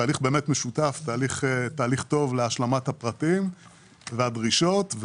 תהליך משותף וטוב להשלמת הפרטים והדרישות.